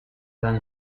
than